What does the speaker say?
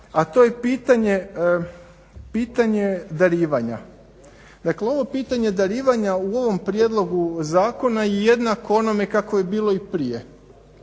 a to je pitanje darivanja. Dakle ovo pitanje darivanja u ovom prijedlogu Zakona je jednako onome kako je bilo i prije.